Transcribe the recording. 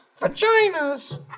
vaginas